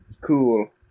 Cool